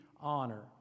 honor